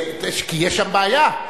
כי יש שם בעיה.